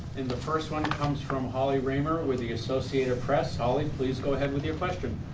and the first one comes from holly reamer with the associated press. holly, please go ahead with your question.